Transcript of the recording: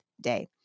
day